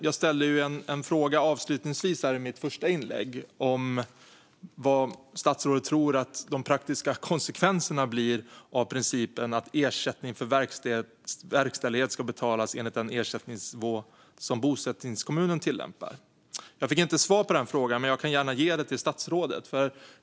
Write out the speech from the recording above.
Jag ställde avslutningsvis i mitt första inlägg en fråga om vad statsrådet tror att de praktiska konsekvenserna blir av principen att ersättning för verkställighet ska betalas enligt den ersättningsnivå som bosättningskommunen tillämpar. Jag fick inte svar på frågan, men jag kan gärna ge ett svar till statsrådet.